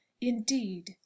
indeed